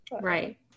Right